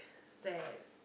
that